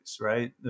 right